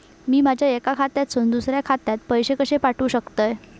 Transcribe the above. मी माझ्या एक्या खात्यासून दुसऱ्या खात्यात पैसे कशे पाठउक शकतय?